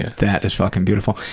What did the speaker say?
that is fucking beautiful,